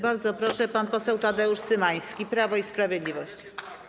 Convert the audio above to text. Bardzo proszę, pan poseł Tadeusz Cymański, Prawo i Sprawiedliwość.